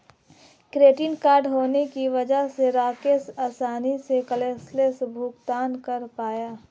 credit card होने की वजह से राकेश आसानी से कैशलैस भुगतान कर पाया